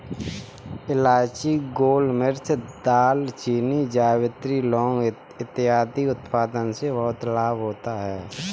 इलायची, गोलमिर्च, दालचीनी, जावित्री, लौंग इत्यादि के उत्पादन से बहुत लाभ होता है